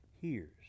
hears